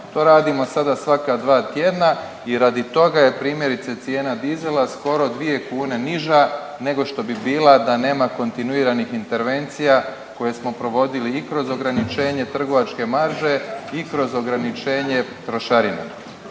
To radimo sada svaka dva tjedna i radi toga je primjerice cijena dizela skoro dvije kune niža nego što bi bila da nema kontinuiranih intervencija koje smo provodili i kroz ograničenje trgovačke marže i kroz ograničenje trošarina.